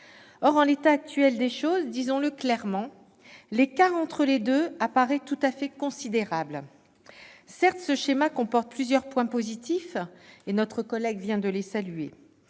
Or, en l'état actuel des choses, disons-le clairement : l'écart entre les deux apparaît tout à fait considérable. Certes, ce schéma comporte plusieurs points positifs. Notre collègue vient de les saluer.